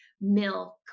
milk